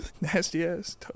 Nasty-ass